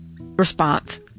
response